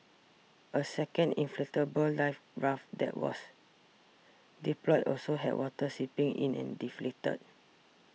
a second inflatable life raft that was deployed also had water seeping in and deflated